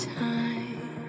time